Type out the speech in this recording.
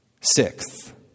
Sixth